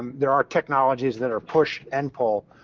um there are technologies that are push and pull,